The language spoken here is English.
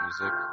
music